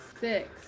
six